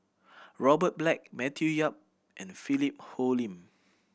Robert Black Matthew Yap and Philip Hoalim